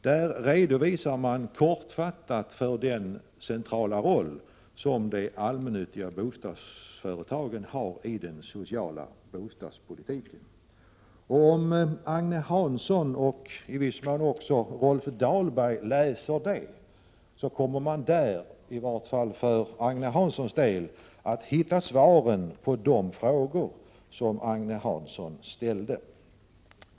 Där redovisar man kortfattat den centrala roll som de allmännyttiga bostadsföretagen har i den sociala bostadspolitiken. Om Agne Hansson och i viss mån också Rolf Dahlberg läser detta, kommer i varje fall Agne Hansson där att hitta svaren på de frågor som han ställde.